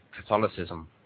Catholicism